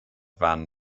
van